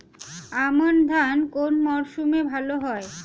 আমন ধান কোন মরশুমে ভাল হয়?